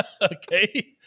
okay